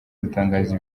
gutangaza